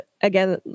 again